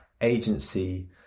agency